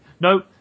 No